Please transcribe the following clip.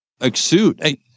exude